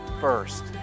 first